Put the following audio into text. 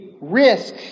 risks